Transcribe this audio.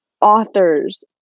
authors